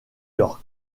york